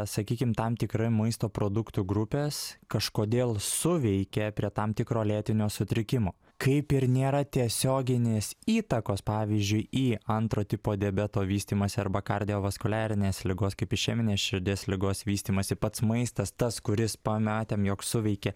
sakykim tam tikri maisto produktų grupės kažkodėl suveikė prie tam tikro lėtinio sutrikimo kaip ir nėra tiesioginės įtakos pavyzdžiui į antro tipo diabeto vystymąsi arba kardiovaskuliarinės ligos kaip išeminės širdies ligos vystymąsi pats maistas tas kuris pamatėm jog suveikė